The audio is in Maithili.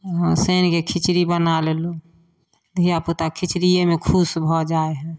हँ शैनके खिचड़ी बना लेलू धियापुता खिचड़ीयेमे खुश भऽ जाइ है